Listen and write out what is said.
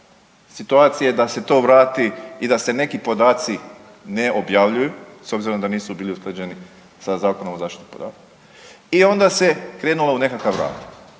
situacije da se to vrati i da se neki podaci ne objavljuju s obzirom da nisu bili usklađeni s Zakonom o zaštiti podataka i onda se krenulo u nekakav rad